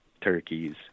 turkeys